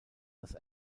das